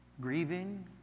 grieving